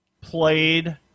Played